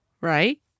right